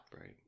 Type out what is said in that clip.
Right